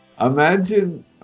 Imagine